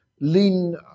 lean